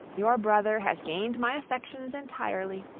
your brother has gained my affections entirely,